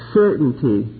certainty